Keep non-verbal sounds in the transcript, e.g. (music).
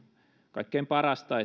kaikkein parasta (unintelligible)